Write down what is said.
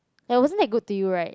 it won't make good to you right